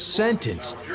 sentenced